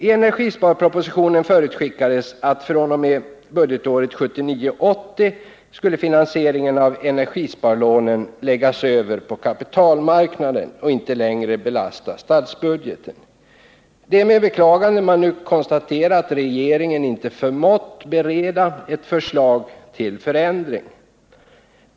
I energisparpropositionen förutskickades att fr.o.m. budgetåret 1979/80 skulle finansieringen av energisparlånen läggas över på kapitalmarknaden och inte längre belasta statsbudgeten. Det är med beklagande man nu konstaterar att regeringen inte förmått bereda ett förslag till förändring.